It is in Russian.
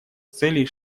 целей